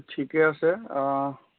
ঠিকে আছে